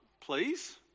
please